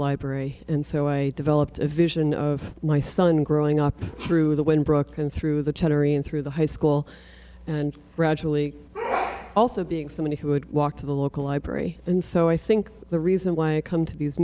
library and so i developed a vision of my son growing up through the wind broken through the chattering through the high school and gradually also being somebody who would walk to the local library and so i think the reason why i come to these